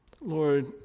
Lord